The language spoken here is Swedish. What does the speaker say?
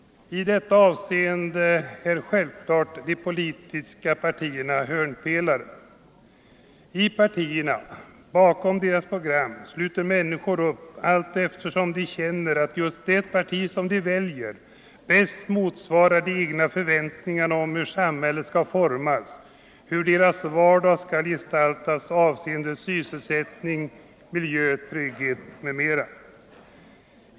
I detta avseende utgör självfallet de politiska partierna hörnpelare. I partierna — bakom deras program — sluter människor upp allteftersom de känner att just det parti som de väljer bäst motsvarar de egna förväntningarna om hur samhället skall formas, hur deras vardag skall gestaltas i avseende på sysselsättning, miljö och trygghet.